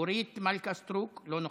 אורית מלכה סטרוק, לא נוכחת,